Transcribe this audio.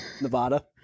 Nevada